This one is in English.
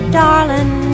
darling